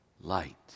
light